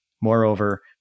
Moreover